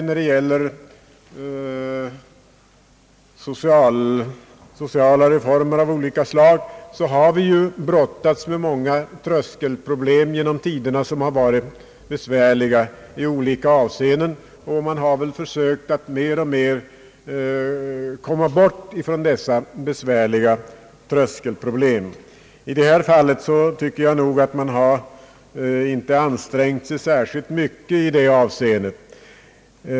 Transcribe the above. När det gäller sociala reformer av olika slag har vi genom tiderna brottats med många tröskelproblem som varit besvärliga i olika avseenden. Man har väl försökt att mer och mer komma bort från problem av det slaget, men i det här fallet tycker jag nog att man inte har ansträngt sig särskilt mycket i den vägen.